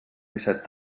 disset